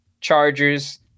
Chargers